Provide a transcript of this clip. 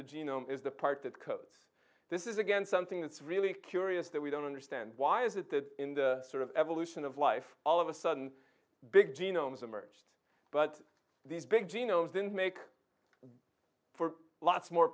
the genome is the part that codes this is again something that's really curious that we don't understand why is it that in the sort of evolution of life all of a sudden big genomes emerge but these big genomes didn't make for lots more